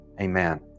amen